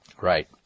Right